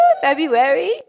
February